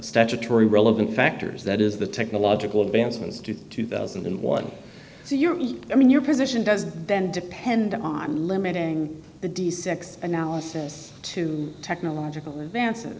statutory relevant factors that is the technological advancements to two thousand and one so your i mean your position does then depend on limiting the d sex analysis to technological advances